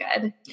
good